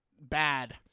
Bad